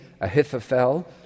Ahithophel